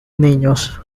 niños